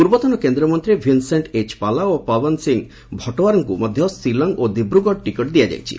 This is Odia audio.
ପୂର୍ବତନ କେନ୍ଦ୍ରମନ୍ତ୍ରୀ ଭିନ୍ସେଣ୍ଟ୍ ଏଚ୍ ପାଲା ଓ ପବନ ସିଂ ଭଟୋୱାର୍ଙ୍କୁ ମଧ୍ୟ ଶିଲଂ ଓ ଦିବ୍ରୁଗଡ଼ରୁ ଟିକେଟ୍ ଦିଆଯାଇଛି